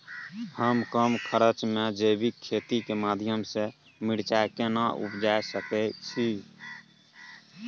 हम कम खर्च में जैविक खेती के माध्यम से मिर्चाय केना उपजा सकेत छी?